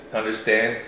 understand